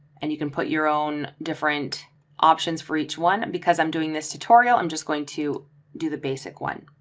and you can put your own different options for each one. because i'm doing this tutorial, i'm just going to do the basic one.